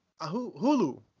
Hulu